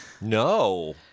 No